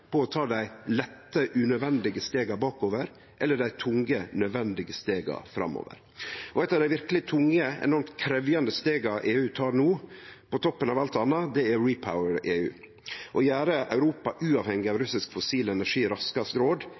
å ta dei lette, unødvendige stega bakover eller dei tunge, nødvendige stega framover. Eit av dei verkeleg tunge og enormt krevjande stega som EU tek no, på toppen av alt anna, er RePower EU – å gjere Europa uavhengig av russisk fossil energi så raskt som råd,